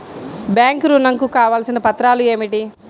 Bank ఋణం కు కావలసిన పత్రాలు ఏమిటి?